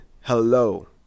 hello